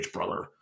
Brother